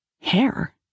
Hair